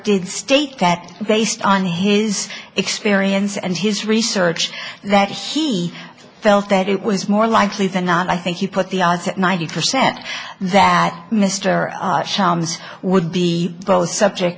did state that based on his experience and his research that he felt that it was more likely than not i think you put the odds at ninety percent that mr shams would be both subject